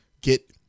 get